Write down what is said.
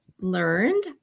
learned